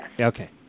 Okay